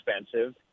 expensive